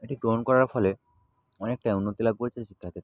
এটি গ্রহণ করার ফলে অনেকটাই উন্নতি লাভ করেছে শিক্ষা ক্ষেত্রে